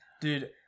dude